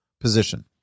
position